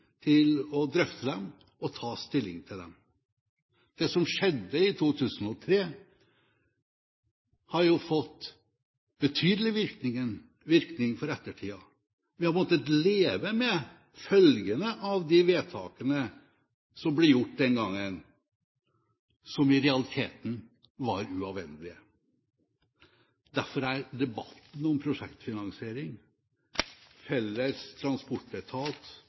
til å drøfte dem og ta stilling til dem. Det som skjedde i 2003, har jo fått betydelig virkning for ettertida. Vi har måttet leve med følgene av de vedtakene som ble gjort den gangen, som i realiteten var uavvendelige. Derfor er debatten om prosjektfinansiering, felles transportetat